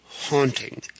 haunting